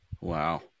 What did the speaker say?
wow